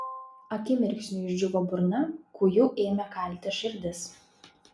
akimirksniu išdžiūvo burna kūju ėmė kalti širdis